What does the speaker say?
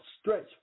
stretch